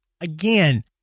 again